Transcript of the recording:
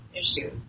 issue